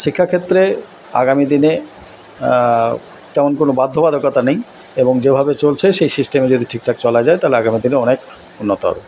শিক্ষা ক্ষেত্রে আগামী দিনে তেমন কোনো বাধ্য বাধকতা নেই এবং যেভাবে চলছে সেই সিস্টেমে যদি ঠিকঠাক চলা যায় তাহলে আগামী দিনে অনেক উন্নত হবে